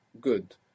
Good